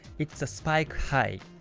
it's the spike high.